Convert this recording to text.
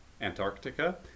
Antarctica